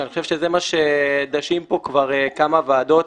שאני חושב שזה מה שדשים פה כבר כמה ישיבות,